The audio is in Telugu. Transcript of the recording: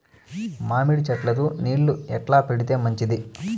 మామిడి చెట్లకు నీళ్లు ఎట్లా పెడితే మంచిది?